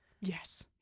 yes